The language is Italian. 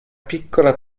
piccola